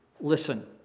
Listen